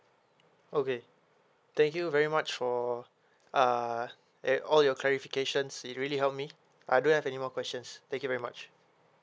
okay thank you very much for uh and all your clarification it really help me I don't have any more questions thank you very much